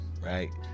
right